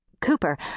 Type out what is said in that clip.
Cooper